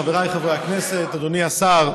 חבריי חברי הכנסת, אדוני השר,